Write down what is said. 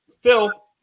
Phil